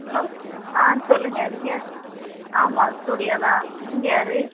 hello ஆ சொல்லுங்கள் நீங்கள் ஆமாம் சூர்யாதான் நீங்கள் யார்